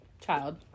child